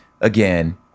Again